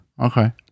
Okay